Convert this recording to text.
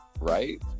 Right